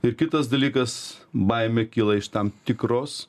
ir kitas dalykas baimė kyla iš tam tikros